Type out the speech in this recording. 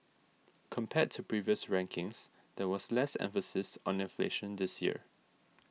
compared to previous rankings there was less emphasis on inflation this year